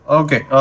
okay